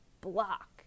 block